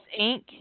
Inc